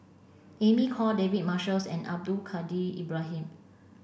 Emy Khor David Marshalls and Abdul Kadir Ibrahim